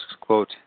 quote